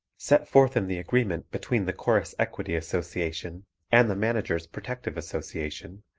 set forth in the agreement between the chorus equity association and the managers' protective association,